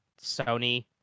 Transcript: Sony